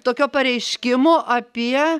tokio pareiškimo apie